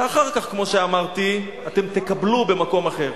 ואחר כך, כמו שאמרתי, אתם תקבלו במקום אחר.